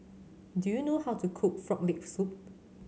do you know how to cook Frog Leg Soup